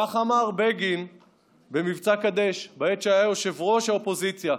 ככה אמר בגין במבצע קדש בעת שהיה יושב-ראש האופוזיציה.